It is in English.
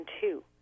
two